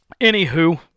anywho